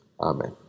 Amen